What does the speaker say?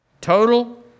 Total